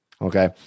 Okay